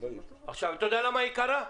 אתה יודע למה יקרה?